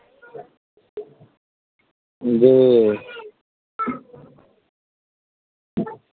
जी